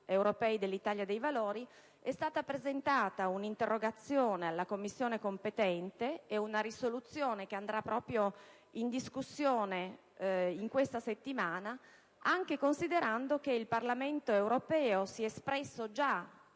europei dell'Italia dei Valori, è stata presentata un'interrogazione alla Commissione competente e una risoluzione che andrà in discussione proprio questa settimana, anche in considerazione del fatto che il Parlamento europeo si è espresso già